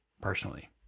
personally